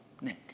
Nick